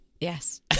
Yes